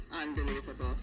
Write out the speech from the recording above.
unbelievable